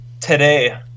Today